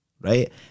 right